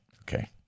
Okay